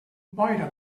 boira